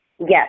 Yes